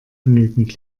genügend